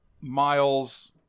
miles